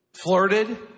flirted